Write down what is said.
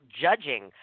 judging